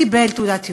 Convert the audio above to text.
קיבל תעודת יושר.